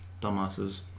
dumbasses